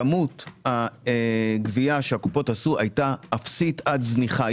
כמות הגבייה שהקופות עשו הייתה אפסית עד זניחה.